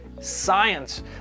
science